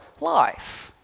life